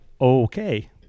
okay